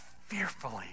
fearfully